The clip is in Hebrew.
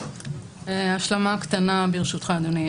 השלמה קטנה, ברשותך, אדוני.